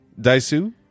Daisu